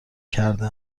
کرده